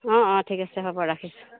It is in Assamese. অঁ অঁ ঠিক আছে হ'ব ৰাখিছোঁ